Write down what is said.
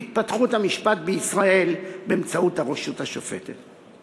בהתפתחות המשפט בישראל באמצעות הרשות השופטת.